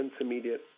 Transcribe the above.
intermediate